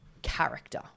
Character